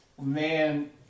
man